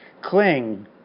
cling